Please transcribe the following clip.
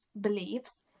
beliefs